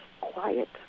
quiet